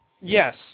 yes